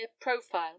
profile